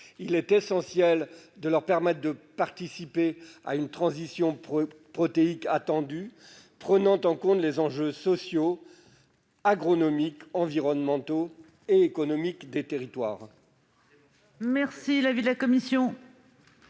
Il est essentiel de leur permettre de participer à une transition protéique prenant en compte les enjeux sociaux, agronomiques, environnementaux et économiques des territoires. Quel est l'avis de la commission